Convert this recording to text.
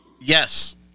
Yes